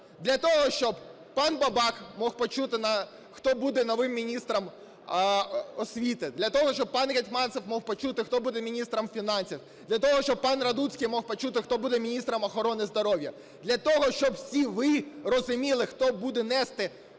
Для того, щоб пан Бабак міг почути, хто буде новим міністром освіти. Для того, щоб пан Гетманцев міг почути, хто буде міністром фінансів. Для того, щоб пан Радуцький міг почути, хто буде міністром охорони здоров'я. Для того, щоб всі ви розуміли, хто буде нести